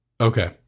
Okay